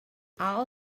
all